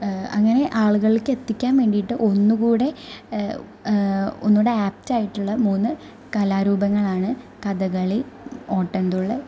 അങ്ങനെ ആളുകളിലേക്ക് എത്തിക്കാൻ വേണ്ടിയിട്ട് ഒന്നും കൂടെ ഒന്നൂടെ ആപ്റ്റായിട്ടുള്ള മൂന്ന് കലാരൂപങ്ങളാണ് കഥകളി ഓട്ടന്തുള്ളല്